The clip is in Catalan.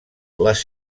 les